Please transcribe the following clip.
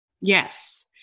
Yes